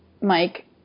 Mike